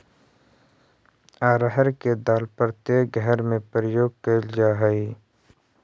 अरहर के दाल प्रत्येक घर में प्रयोग कैल जा हइ